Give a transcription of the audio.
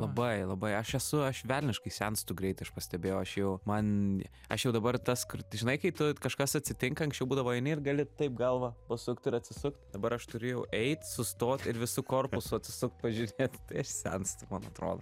labai labai aš esu aš velniškai senstu greit aš pastebėjau aš jau man aš jau dabar tas kur žinai kai tu kažkas atsitinka anksčiau būdavo eini ir gali taip galvą pasukt ir atsisukt dabar aš turiu jau eit sustot ir visu korpusu atsisukt pažiūrėt senstu man atrodo